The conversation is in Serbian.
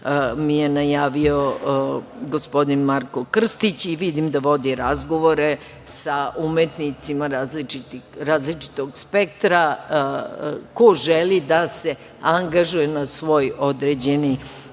mi je najavio gospodin Marko Krstić i vidim da vodi razgovore sa umetnicima različitog spektra ko želi da se angažuje na svoj određeni